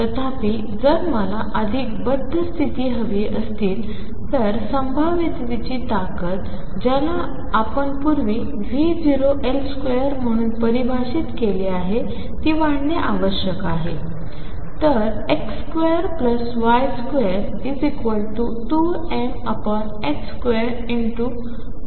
तथापि जर मला अधिक बद्ध स्तिथी हवी असतील तर संभाव्यतेची ताकद ज्याला आपण पूर्वी V0L2 म्हणून परिभाषित केले आहे ती वाढणे आवश्यक आहे